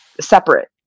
separate